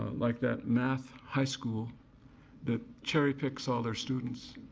like that math high school that cherry picks all their students.